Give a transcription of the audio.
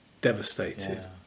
devastated